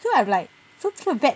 so I am like so 这个 bat